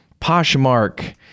Poshmark